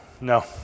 No